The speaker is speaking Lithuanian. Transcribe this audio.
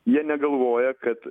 jie negalvoja kad